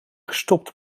gestopt